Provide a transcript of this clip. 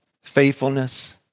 faithfulness